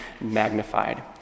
magnified